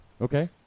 Okay